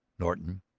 norton,